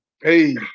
Hey